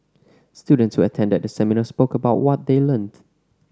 students who attended the seminar spoke about what they learned